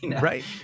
Right